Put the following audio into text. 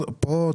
מדברת?